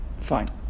Fine